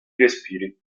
respiri